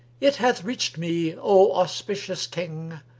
it hath reached me, o auspicious king,